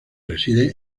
reside